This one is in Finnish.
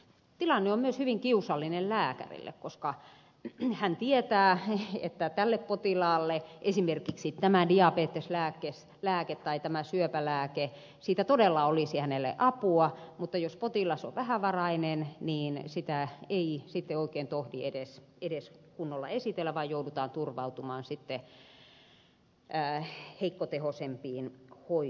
tilanne on myös hyvin kiusallinen lääkärille koska hän tietää että tälle potilaalle esimerkiksi tästä diabeteslääkkeestä tai tästä syöpälääkkeestä olisi todella apua mutta jos potilas on vähävarainen niin sitä ei sitten oikein tohdi edes kunnolla esitellä vaan joudutaan turvautumaan heikkotehoisempiin hoitoihin